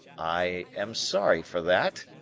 i am sorry for that,